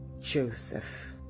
Joseph